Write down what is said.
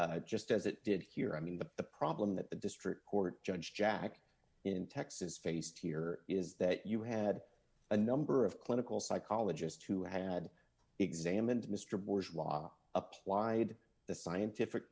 just as it did here i mean the problem that the district court judge jack in texas faced here is that you had a number of clinical psychologist who had examined mr bush law applied the scientific